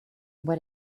where